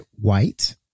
white